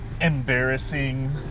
embarrassing